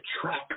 track